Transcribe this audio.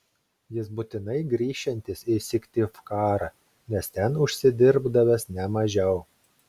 jis būtinai grįšiantis į syktyvkarą nes ten užsidirbdavęs ne mažiau